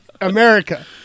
America